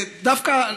דווקא,